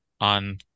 on